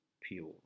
pure